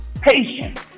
patience